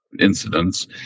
incidents